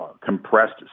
compressed